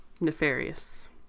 nefarious